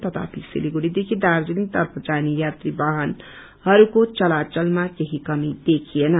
तथापि सिलिगुड़ीदेखि दार्जीलिङ तर्फ जाने यात्री वाहनहरूको चलाचलमा केही कमी देखिएन